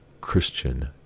Christian